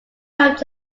helped